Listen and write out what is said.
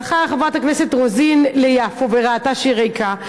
והלכה חברת הכנסת רוזין ליפו וראתה שהיא ריקה.